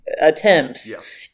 attempts